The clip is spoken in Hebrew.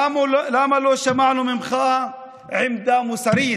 למה לא שמענו ממך עמדה מוסרית?